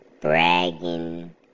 bragging